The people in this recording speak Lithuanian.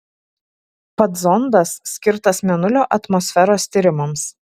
pats zondas skirtas mėnulio atmosferos tyrimams